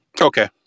Okay